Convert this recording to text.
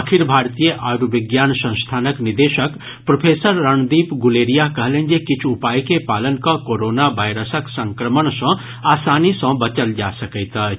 अखिल भारतीय आयुर्विज्ञान संस्थानक निदेशक प्रोफेसर रणदीप गुलेरिया कहलनि जे किछु उपाय के पालन कऽ कोरोना वायरसक संक्रमण सँ आसानी सँ बचल जा सकैत अछि